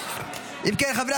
אם כן, חברי